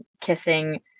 kissing